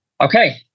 Okay